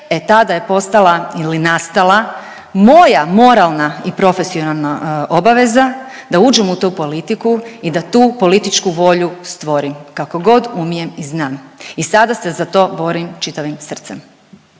e tada je postala ili nastala moja moralna i profesionalna obaveza da uđem u tu politiku i da tu političku volju stvorim kako god umijem i znam i sada se za to borim čitavim srcem.